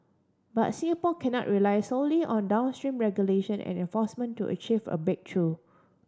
but Singapore cannot rely solely on downstream regulation and enforcement to achieve a breakthrough